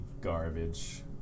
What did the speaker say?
garbage